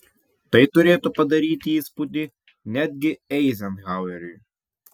tai turėtų padaryti įspūdį netgi eizenhaueriui